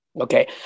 okay